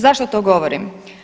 Zašto to govorim?